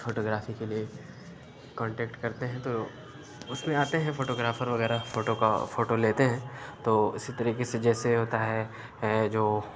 photo گرافی کے لیے کانٹکیٹ کرتے ہیں تو اُس میں آتے ہیں فوٹو گرافر وغیرہ فوٹو کا فوٹو لیتے ہیں تو اُسی طریقے سے جیسے ہوتا ہے ہے جو